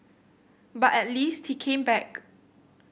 but at least he came back